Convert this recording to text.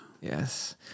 yes